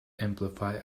amplify